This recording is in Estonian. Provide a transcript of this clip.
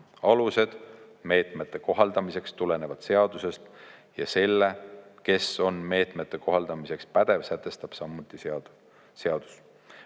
Alused meetmete kohaldamiseks tulenevad seadusest ja selle, kes on meetmete kohaldamiseks pädev, sätestab samuti seadus.